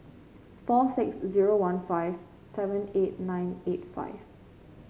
four six zero one five seven eight nine eight five